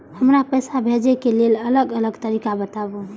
हमरा पैसा भेजै के लेल अलग अलग तरीका बताबु?